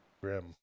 Grim